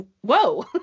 whoa